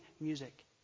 music